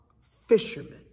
fishermen